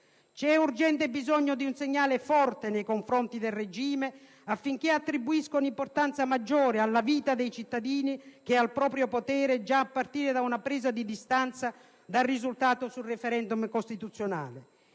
C'è urgente bisogno di un segnale forte nei confronti del regime affinché attribuisca un'importanza maggiore alla vita dei cittadini che al proprio potere, già a partire da una presa di distanza dal risultato sul *referendum* costituzionale.